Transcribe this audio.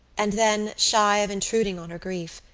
and then, shy of intruding on her grief,